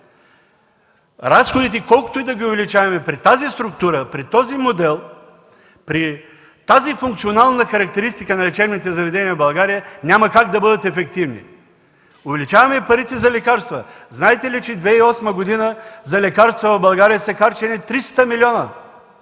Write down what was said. Разходите, колкото и да ги увеличаваме, при тази структура, при този модел, при тази функционална характеристика на лечебните заведения в България няма как да бъдат ефективни! Увеличаваме парите за лекарства. Знаете ли, че през 2008 г. за лекарства в България са харчени 300 милиона?